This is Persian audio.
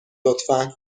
لطفا